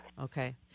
Okay